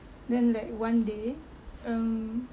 then like one day um